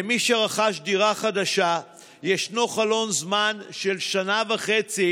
למי שרכש דירה חדשה ישנו חלון זמן של שנה וחצי